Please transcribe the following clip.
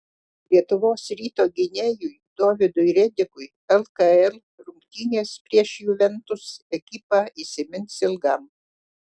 lietuvos ryto gynėjui dovydui redikui lkl rungtynės prieš juventus ekipą įsimins ilgam